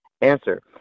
answer